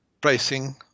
Pricing